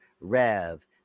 Rev